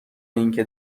اینکه